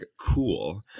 cool